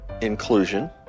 inclusion